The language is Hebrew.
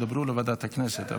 לוועדה לביטחון לאומי נתקבלה.